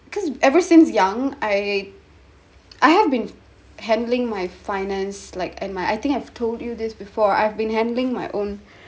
because ever since young I I have been handling my finance like and my I think have told you this before I've been handling my own